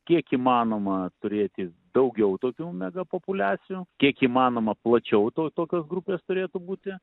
kiek įmanoma turėti daugiau tokių mega populiacijų kiek įmanoma plačiau tokios grupės turėtų būti